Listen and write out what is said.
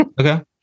Okay